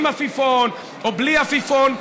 עם עפיפון או בלי עפיפון,